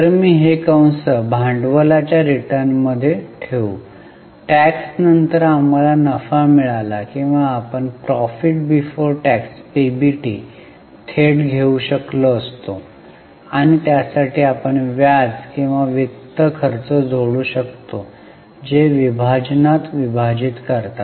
तर मी हे कंस भांडवलाच्या रिटर्न मध्ये ठेवू टॅक्स नंतर आम्हाला नफा मिळाला किंवा आपण Profit Before Tax पीबीटी थेट घेऊ शकलो असतो आणि त्यासाठी आपण व्याज किंवा वित्त खर्च जोडू शकतो जे विभाजनात विभाजित करतात